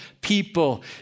people